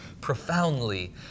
profoundly